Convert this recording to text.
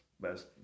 best